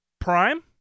Prime